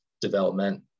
development